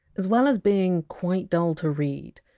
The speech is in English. as well as being quite dull to read,